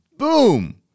boom